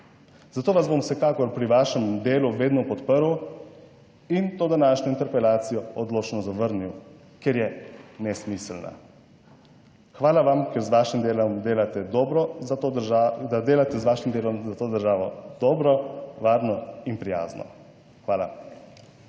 Zato vas bom vsekakor pri vašem delu vedno podprl in to današnjo interpelacijo odločno zavrnil, ker je nesmiselna. Hvala vam, ker z vašim delom delate dobro za to državo dobro, varno in prijazno. Hvala.